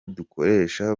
dukoresha